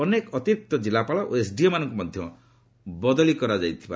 ଅନେକ ଅତିରିକ୍ତ ଜିଲ୍ଲାପାଳ ଓ ଏସ୍ଡିଓମାନଙ୍କୁ ମଧ୍ୟ ବଦଳି କରାଯାଇଛି